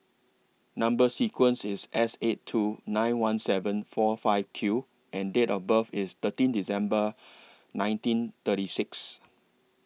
Number sequence IS S eight two nine one seven four five Q and Date of birth IS thirteen December nineteen thirty six